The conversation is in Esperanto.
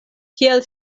kiel